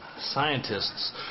Scientists